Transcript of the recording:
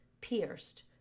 pierced